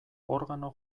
organo